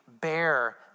bear